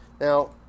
Now